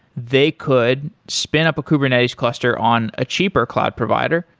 they could spin up a kubernetes cluster on a cheaper cloud provider,